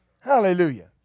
Hallelujah